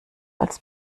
als